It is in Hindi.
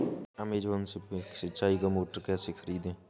अमेजॉन से सिंचाई का मोटर कैसे खरीदें?